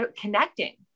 connecting